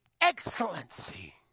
excellency